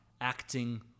acting